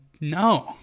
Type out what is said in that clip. No